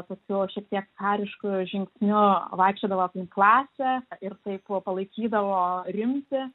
tokiu šiek tiek karišku žingsniu vaikščiodavo aplink klasę ir taip palaikydavo rimtį